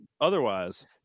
otherwise